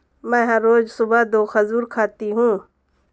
मैं हर रोज सुबह दो खजूर खाती हूँ